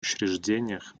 учреждениях